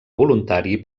voluntari